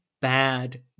bad